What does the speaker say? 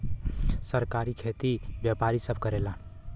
सहकारी खेती व्यापारी सब करेला